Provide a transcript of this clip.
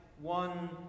one